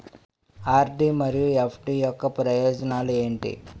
RD మరియు FD యొక్క ప్రయోజనాలు ఏంటి?